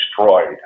Destroyed